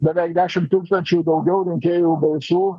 beveik dešim tūkstančių daugiau rinkėjų balsų